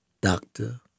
Doctor